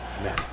Amen